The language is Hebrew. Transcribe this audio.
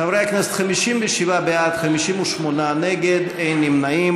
חברי הכנסת, 57 בעד, 58 נגד, אין נמנעים.